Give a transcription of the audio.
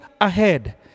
ahead